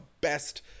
best